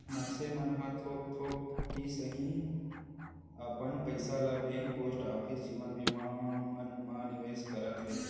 मनसे मन ह थोक थोक ही सही अपन पइसा ल बेंक, पोस्ट ऑफिस, जीवन बीमा मन म निवेस करत हे